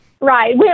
Right